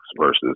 versus